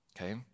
okay